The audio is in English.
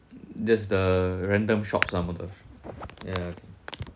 there's the random shocked some of them ya